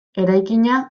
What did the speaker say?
eraikina